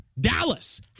Dallas